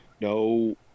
no